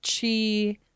chi